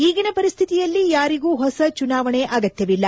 ಈಗಿನ ಪರಿಸ್ಥಿತಿಯಲ್ಲಿ ಯಾರಿಗೂ ಹೊಸ ಚುನಾವಣೆ ಅಗತ್ತವಿಲ್ಲ